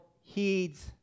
heeds